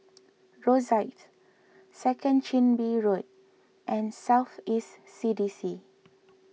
Rosyth Second Chin Bee Road and South East C D C